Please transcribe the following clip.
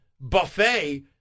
buffet